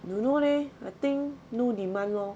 don't know leh I think no demand lor